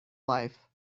life